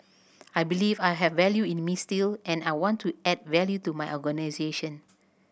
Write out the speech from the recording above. I believe I have value in me still and I want to add value to my organisation